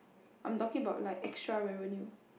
I'm talking about like extra revenue